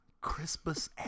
Christmas